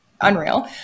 unreal